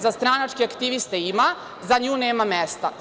Za stranačke aktiviste ima, za nju nema mesta.